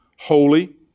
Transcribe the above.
holy